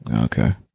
okay